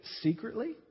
secretly